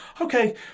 okay